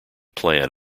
plan